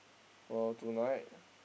for tonight